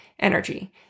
energy